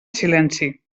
silenci